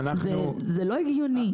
זה לא הגיוני.